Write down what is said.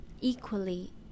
Equally